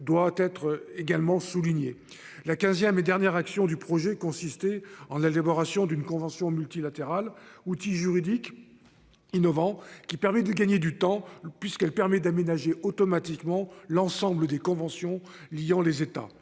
la 15ème et dernière action du projet consistait en l'élaboration d'une convention multilatérale outils juridiques. Innovant qui permet de gagner du temps, puisqu'elle permet d'aménager automatiquement l'ensemble des conventions liant les États,